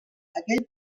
aquell